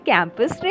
Campus